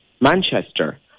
Manchester